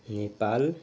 Nepal